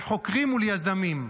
לחוקרים וליזמים.